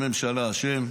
ראש הממשלה אשם.